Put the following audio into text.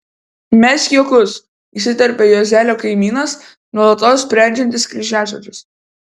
mesk juokus įsiterpia juozelio kaimynas nuolatos sprendžiantis kryžiažodžius